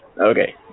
Okay